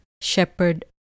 shepherd